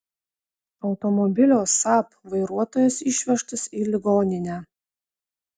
automobilio saab vairuotojas išvežtas į ligoninę